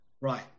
Right